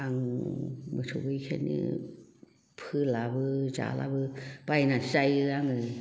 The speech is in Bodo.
आं मोसौ गैयैखायनो फोलाबो जालाबो बायनानैसो जायो आङो